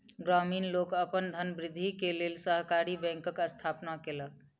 ग्रामीण लोक अपन धनवृद्धि के लेल सहकारी बैंकक स्थापना केलक